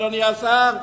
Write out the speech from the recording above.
אדוני השר,